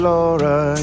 Laura